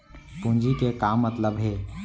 पूंजी के का मतलब हे?